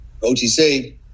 OTC